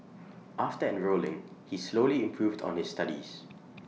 after enrolling he slowly improved on his studies